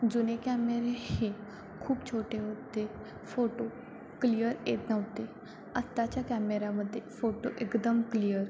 जुने कॅमेरे हे खूप छोटे होते फोटो क्लिअर येत नव्हते आत्ताच्या कॅमेरामध्ये फोटो एकदम क्लिअर